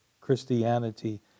Christianity